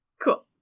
cool